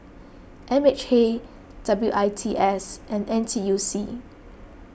M H A W I T S and N T U C